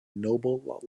noble